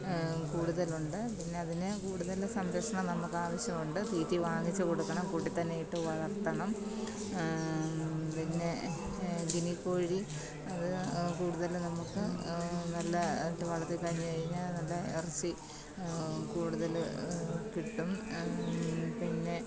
കൂടുതലുണ്ട് പിന്നതിന് കൂടുതൽ സംരക്ഷണം നമുക്കാവശ്യമുണ്ട് തീറ്റി വാങ്ങിച്ച് കൊടുക്കണം കൂട്ടിൽ തന്നെയിട്ട് വളര്ത്തണം പിന്നെ ഗിനിക്കോഴി അത് കൂടുതലും നമുക്ക് നല്ല ഇത് വളർത്തി കഴിഞ്ഞ് കഴിഞ്ഞാൽ നല്ല ഇറച്ചി കൂടുതൽ കിട്ടും പിന്നെ